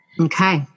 Okay